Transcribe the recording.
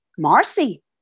Marcy